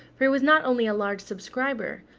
for he was not only a large subscriber,